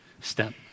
step